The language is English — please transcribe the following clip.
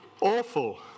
awful